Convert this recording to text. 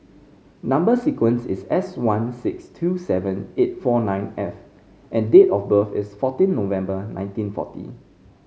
number sequence is S one six two seven eight four nine F and date of birth is fourteen November nineteen forty